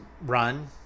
run